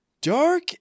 dark